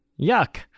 Yuck